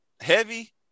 heavy